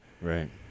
Right